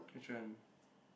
which one